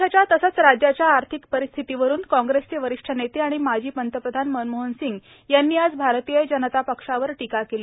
देशाच्या तसंच राज्याच्या आर्थिक परिस्थितीवरून कांग्रेसचे वरिष्ठ नेते आणि माजी पंतप्रधान मनमोहन सिंग यांनी आज भारतीय जनता पक्षावर टीका केली